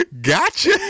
Gotcha